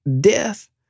Death